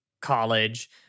college